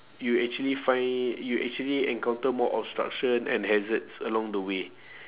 you actually find you actually encounter more obstruction and hazards along the way